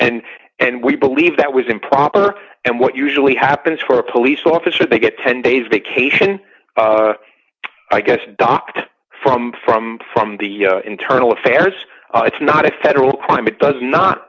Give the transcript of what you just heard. and and we believe that was improper and what usually happens for a police officer they get ten days vacation i guess docked from from from the internal affairs it's not a federal crime it does not